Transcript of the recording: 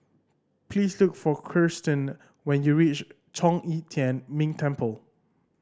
please look for Kirstin when you reach Zhong Yi Tian Ming Temple